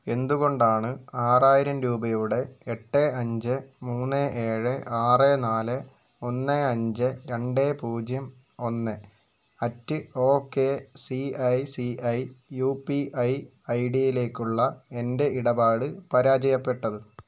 എന്തുകൊണ്ടാണ് ആറായിരം രൂപയുടെ എട്ട് അഞ്ച് മൂന്ന് ഏഴ് ആറ് നാല് ഒന്ന് അഞ്ച് രണ്ട് പൂജ്യം ഒന്ന് at O K C I C I U P I ഐഡിയിലേക്കുള്ള എൻ്റെ ഇടപാട് പരാജയപ്പെട്ടത്